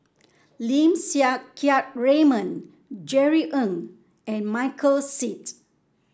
Lim Siang Keat Raymond Jerry Ng and Michael Seet